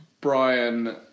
Brian